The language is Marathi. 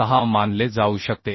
6 मानले जाऊ शकते